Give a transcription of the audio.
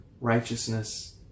righteousness